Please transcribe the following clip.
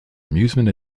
amusement